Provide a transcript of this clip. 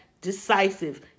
decisive